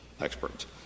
experts